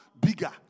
bigger